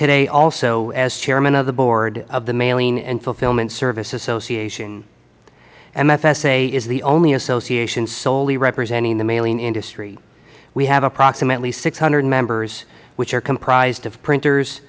today also as chairman of the board of the mailing and fulfillment service association mfsa is the only association solely representing the mailing industry we have approximately six hundred members which are comprised of printers